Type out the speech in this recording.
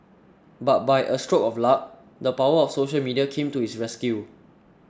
but by a stroke of luck the power of social media came to his rescue